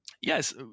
yes